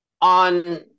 on